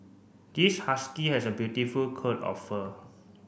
this husky has a beautiful coat of fur